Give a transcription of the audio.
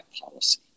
policy